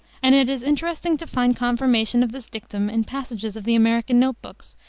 and it is interesting to find confirmation of this dictum in passages of the american note books,